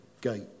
gate